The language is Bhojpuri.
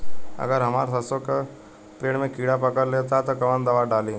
अगर हमार सरसो के पेड़ में किड़ा पकड़ ले ता तऽ कवन दावा डालि?